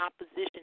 opposition